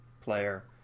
player